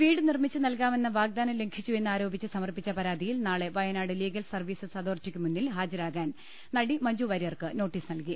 വീട് നിർമ്മിച്ചുന്ൽകാമെന്ന വാഗ്ദാനം ലംഘിച്ചു എന്ന് ആരോപിച്ച് സമർപ്പിച്ച പരാതിയിൽ നാളെ വയനാട് ലീഗൽ സർവ്വീസസ് അതോറിട്ടി ക്കുമുന്നിൽ ഹാജരാകാൻ നടി മഞ്ജുവാര്യർക്ക് നോട്ടീസ് നൽകി